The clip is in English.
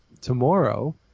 tomorrow